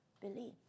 believe